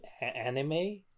anime